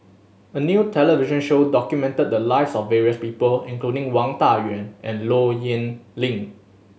a new television show documented the lives of various people including Wang Dayuan and Low Yen Ling